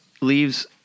leaves